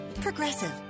Progressive